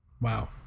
Wow